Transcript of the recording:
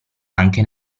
anche